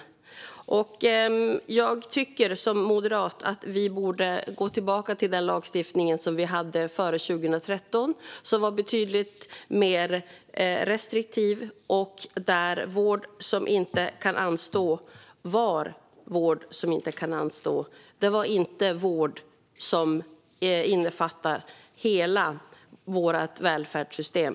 Som moderat tycker jag att vi borde gå tillbaka till den lagstiftning som vi hade före 2013, som var betydligt mer restriktiv och där vård som inte kan anstå faktiskt innebar just vård som inte kan anstå. Det var inte vård som innefattar hela vårt välfärdssystem.